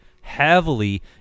heavily